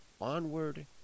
Onward